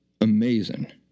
Amazing